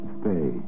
stay